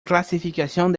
clasificación